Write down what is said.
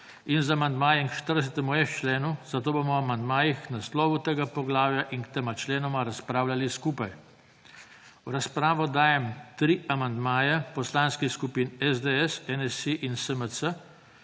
in z amandmajem k 40.f členu, zato bomo o amandmajih k naslovu tega poglavja in k tema členoma razpravljali skupaj. V razpravo dajem tri amandmaja Poslanski skupin SDS, NSi in SMC